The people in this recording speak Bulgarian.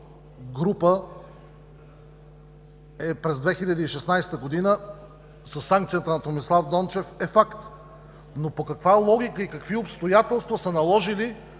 група през 2016 г. със санкцията на Томислав Дончев е факт. Но по каква логика и какви обстоятелства са наложили